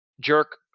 Jerk